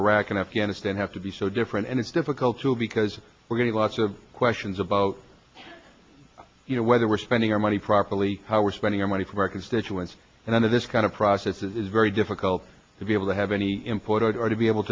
iraq and afghanistan have to be so different and it's difficult to because we're going to lots of questions about you know whether we're spending our money properly how we're spending our money for our constituents and i know this kind of process is very difficult to be able to have any import or to be able